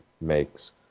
makes